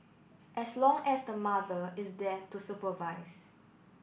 as long as the mother is there to supervise